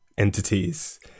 entities